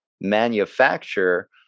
manufacture